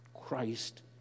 Christ